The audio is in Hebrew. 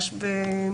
ושנית,